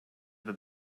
that